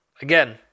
Again